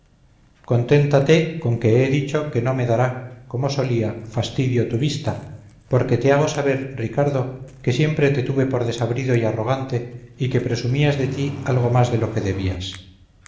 conténtate con que he dicho que no me dará como solía fastidio tu vista porque te hago saber ricardo que siempre te tuve por desabrido y arrogante y que presumías de ti algo más de lo que debías